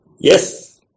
Yes